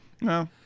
No